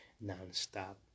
non-stop